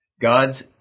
God's